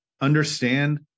understand